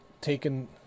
taken